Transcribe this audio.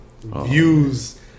views